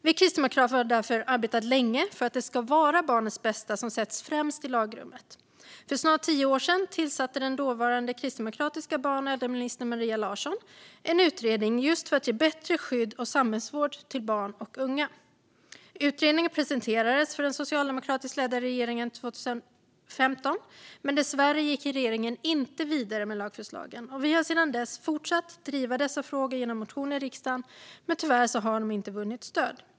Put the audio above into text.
Vi kristdemokrater har därför arbetat länge för att det ska vara barnets bästa som sätts främst i lagrummet. För snart tio år sedan tillsatte den dåvarande kristdemokratiska barn och äldreministern Maria Larsson en utredning för att ge bättre skydd och samhällsvård till barn och unga. Utredningen presenterades för den socialdemokratiskt ledda regeringen 2015, men dessvärre gick regeringen inte vidare med lagförslagen. Vi har sedan dess fortsatt att driva dessa frågor genom motioner i riksdagen, men tyvärr har de inte vunnit stöd.